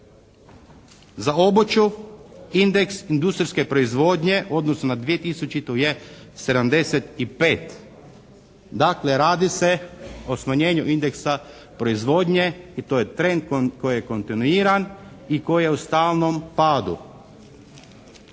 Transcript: Za obuću indeks industrijske proizvodnje u odnosu na 2000. je 75. Dakle radi se o smanjenju indeksa proizvodnje i to je trend koji je kontinuiran i koji je u stalnom padu.